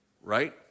right